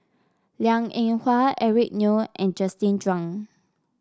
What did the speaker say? Liang Eng Hwa Eric Neo and Justin Zhuang